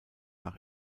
nach